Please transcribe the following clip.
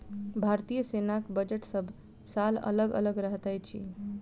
भारतीय सेनाक बजट सभ साल अलग अलग रहैत अछि